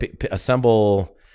assemble